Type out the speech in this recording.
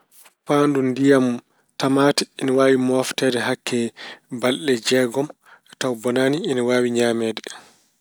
Faandu ndiyam tamaate ine waawi moofteede hakke balɗe jeegom tawa bonaani, ine waawi ñameede.